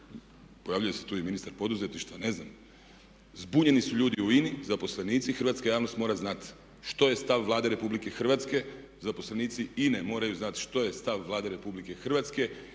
pojavljuje se tu i ministar poduzetništva, ne znam. Zbunjeni su ljudi u INA-i, zaposlenici. Hrvatska javnost mora znati što je stav Vlade Republike Hrvatske, zaposlenici INA-e moraju znati što je stav Vlade Republike Hrvatske